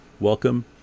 Welcome